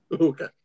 Okay